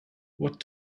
what